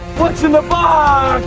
what's in the box